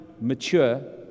mature